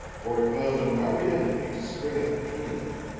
for it caused a marked enmity to spring up between them.